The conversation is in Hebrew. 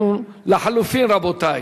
אנחנו בלחלופין,